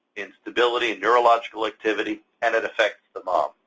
instability, neurological activity, and it affects the mom,